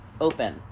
open